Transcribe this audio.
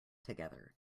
together